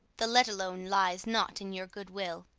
the let-alone lies not in your good will.